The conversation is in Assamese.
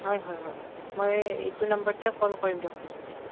হয় হয় মই এইটো নাম্বাৰতে কল কৰিম দিয়ক পিছত তেনেহ'লে